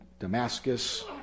Damascus